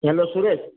hello Suresh